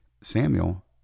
Samuel